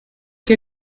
qué